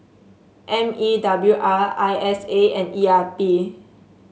M E W R I S A and E R P